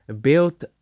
built